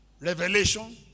Revelation